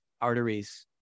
arteries